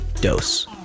Dose